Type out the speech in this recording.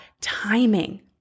timing